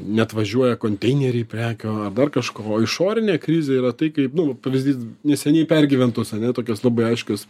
neatvažiuoja konteineriai prekių ar dar kažko o išorinė krizė yra tai kaip nu pavyzdys neseniai pergyventos ane tokios labai aiškios